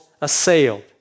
assailed